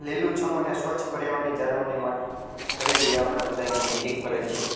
લીલુંછમ અને સ્વચ્છ પર્યાવરણની જાળવણીમાં કરવી એ આપણા બધાની નૈતિક ફરજ છે